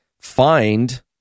find